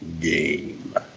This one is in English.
game